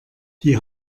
die